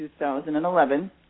2011